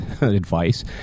advice